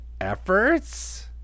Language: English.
efforts